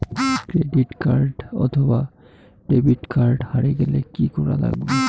Credit card অথবা debit card হারে গেলে কি করা লাগবে?